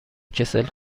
کسل